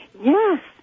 Yes